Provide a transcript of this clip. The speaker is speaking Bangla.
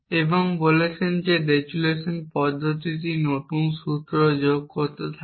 এবং বলেছেন যে রেজোলিউশন পদ্ধতিটি নতুন সূত্র যোগ করতে থাকে